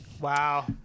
Wow